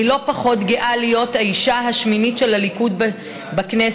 אני לא פחות גאה להיות האישה השמינית של הליכוד בכנסת,